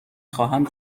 خواهم